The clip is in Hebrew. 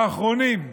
ואחרונים,